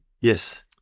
Yes